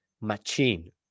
machine